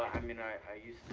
i mean i used